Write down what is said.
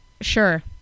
Sure